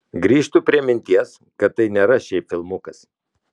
grįžtu prie minties kad tai nėra šiaip filmukas